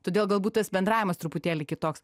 todėl galbūt tas bendravimas truputėlį kitoks